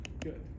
Good